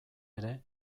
ere